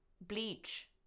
Bleach